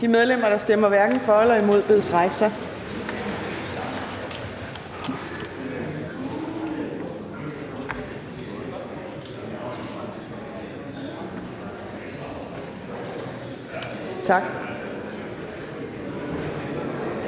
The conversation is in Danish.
De medlemmer, der stemmer hverken for eller imod, bedes rejse sig. Tak.